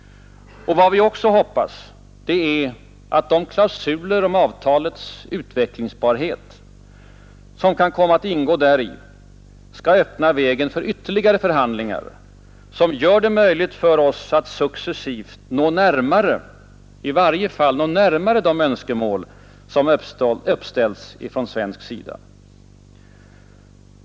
Vad vi också hoppas är att de klausuler om avtalets utvecklingsbarhet, som kan komma att ingå däri, skall öppna vägen för ytterligare förhandlingar som gör det möjligt för oss att successivt i varje fall nå närmare de önskemål som uppställts från svensk sida.